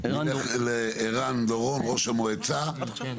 אלא שגם,